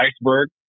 iceberg